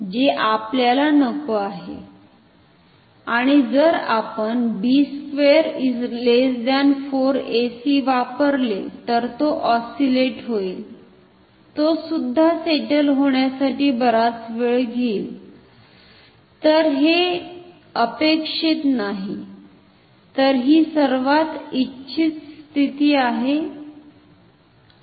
जे आपल्याला नको आहे आणि जर आपण b2 4 ac वापरले तर तो ऑस्सिलेट होईल तो सुद्धा सेटल होण्यासाठी बराच वेळ घेईल तर हे अपेक्शित नाही तर ही सर्वात इच्छित स्थिती आहे